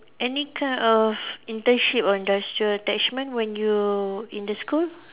any kind of internship or industrial attachment when you in the school